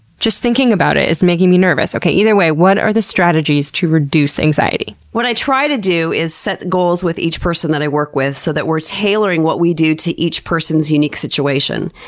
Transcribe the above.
just thinking about it is making me nervous. either way, what are the strategies to reduce anxiety? what i try to do is set goals with each person that i work with so that we're tailoring what we do to each person's unique situation.